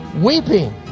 weeping